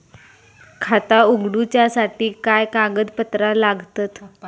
खाता उगडूच्यासाठी काय कागदपत्रा लागतत?